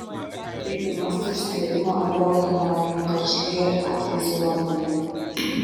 tai pirmasis užsikrėtimo ebola hemoragine karštlige atvejis europoje